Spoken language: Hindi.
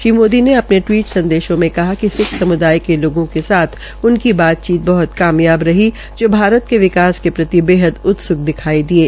श्री मोदी ने अपने टिवीट संदेशों में कहा कि सिक्ख सम्दाय के लोगों के साथ उनकी बातचीत बहत कामयाब रही जो भारत के विकास प्रति बेहद उत्स्क दिखाई दिये